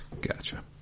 Gotcha